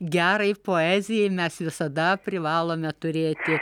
gerai poezijai mes visada privalome turėti